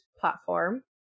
platform